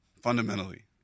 fundamentally